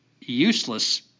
useless